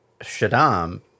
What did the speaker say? Shaddam